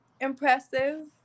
impressive